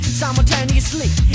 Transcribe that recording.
simultaneously